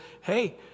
hey